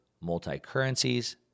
multi-currencies